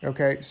Okay